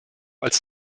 als